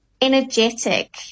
energetic